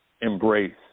embrace